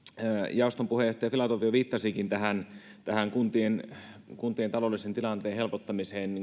jaoston puheenjohtaja filatov jo viittasikin tähän tähän kuntien kuntien taloudellisen tilanteen helpottamiseen